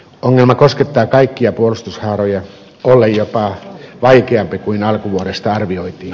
ongelma koskettaa kaikkia puolustushaaroja ollen jopa vaikeampi kuin alkuvuodesta arvioitiin